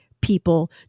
people